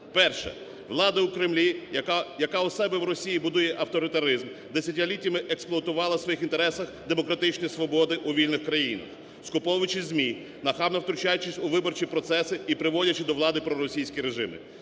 Перше. Влада у Кремлі, яка у себе в Росії будує авторитаризм, десятиліттями експлуатували у своїх інтересах демократичні свободи у вільних країнах, скуповуючи ЗМІ, нахабно втручаючись у виборчі процеси і приводячи до влади проросійські режими.